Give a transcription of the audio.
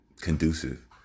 conducive